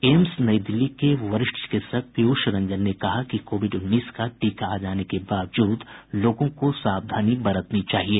AIIMS Nai Delhi के वरिष्ठ चिकित्सक पीयूष रंजन ने कहा कि कोविड उन्नीस का टीका आ जाने के बावजूद लोगों को सावधानी बरतनी चाहिए